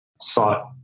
sought